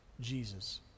Jesus